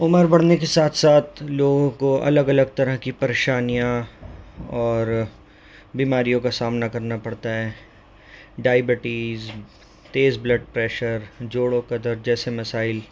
عمر بڑھنے کے ساتھ ساتھ لوگوں کو الگ الگ طرح کی پریشانیاں اور بیماریوں کا سامنا کرنا پڑتا ہے ڈائبٹیز تیز بلڈ پریشر جوڑوں کا درد جیسے مسائل